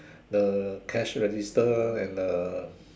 the cash register and uh